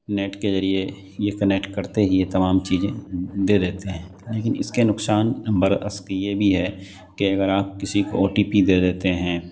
net کے ذریعے یہ کنیکٹ کرتے ہی یہ تمام چیزیں دے دیتے ہیں لیکن اس کے نقصان برعکس یہ بھی ہے کہ اگر آپ کسی کو او ٹی پی دے دیتے ہیں